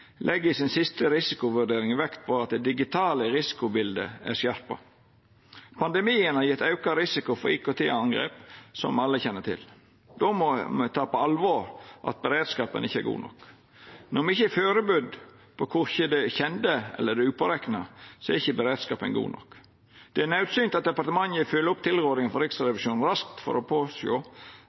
legg i den siste risikovurderinga vekt på at det digitale risikobildet er skjerpa. Pandemien har gjeve auka risiko for IKT-angrep, som me alle kjenner til. Då må ein ta på alvor at beredskapen ikkje er god nok. Når me ikkje er førebudde korkje på det kjende eller på det upårekna, er ikkje beredskapen god nok. Det er naudsynt at departementet følgjer opp tilrådinga frå Riksrevisjonen raskt for å